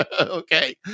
Okay